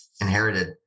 inherited